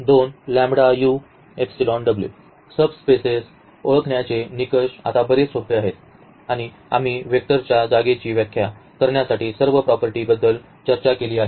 •• subspaces ओळखण्याचे निकष आता बरेच सोपे आहेत आणि आम्ही वेक्टरच्या जागेची व्याख्या करण्यासाठी सर्व प्रॉपर्टी बद्दल चर्चा केली आहे